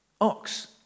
ox